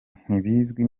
ntibizwi